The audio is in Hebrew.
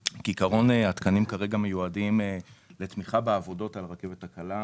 התקנים כרגע מיועדים לתמיכת העבודות של הרכבת הקלה.